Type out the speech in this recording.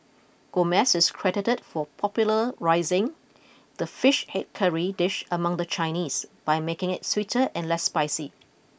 Gomez is credited for popularising the fish head curry dish among the Chinese by making it sweeter and less spicy